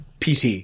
PT